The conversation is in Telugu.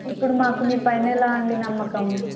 ఇప్పుడు మాకు మీ పైన ఎలా అండి నమ్మకం